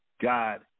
God